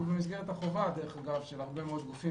שהוא במסגרת החובה של הרבה מאוד גופים,